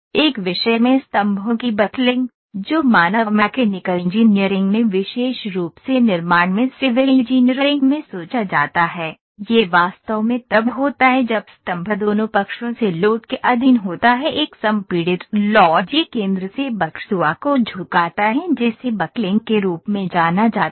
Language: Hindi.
एक विषय में स्तंभों की बकलिंग जो मानव मैकेनिकल इंजीनियरिंग में विशेष रूप से निर्माण में सिविल इंजीनियरिंग में सोचा जाता है यह वास्तव में तब होता है जब स्तंभ दोनों पक्षों से लोड के अधीन होता है एक संपीड़ित लोड यह केंद्र से बकसुआ को झुकाता है जिसे बकलिंग के रूप में जाना जाता है